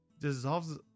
dissolves